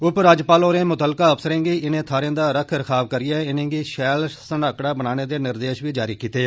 उप राज्यपाल होरें मुत्तलका अफसरें गी इनें थाहरें दा रक्ख रखाब करीयै इनेंगी शैल सनाहकड़ा बनाने दे निर्देश बी दिते